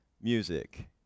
music